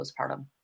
postpartum